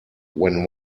when